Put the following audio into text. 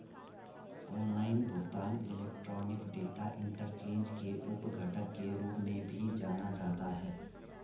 online भुगतान electronic data interchange के उप घटक के रूप में भी जाना जाता है